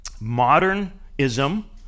Modernism